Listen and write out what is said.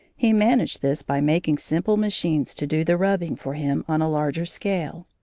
he managed this by making simple machines to do the rubbing for him on a larger scale.